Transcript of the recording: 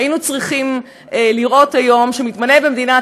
היינו צריכים לראות היום שמתמנה במדינת